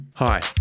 Hi